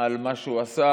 על מה שהוא עשה.